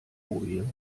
boje